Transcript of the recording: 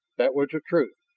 that was the truth,